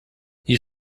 you